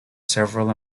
several